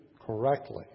correctly